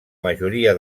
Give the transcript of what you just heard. majoria